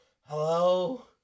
Hello